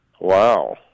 Wow